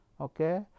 Okay